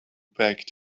back